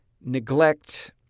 neglect